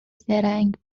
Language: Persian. زرنگ